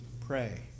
pray